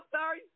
sorry